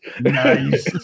Nice